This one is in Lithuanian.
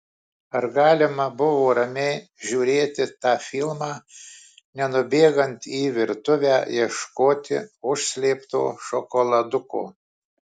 ar galima buvo ramiai žiūrėti tą filmą nenubėgant į virtuvę ieškoti užslėpto šokoladuko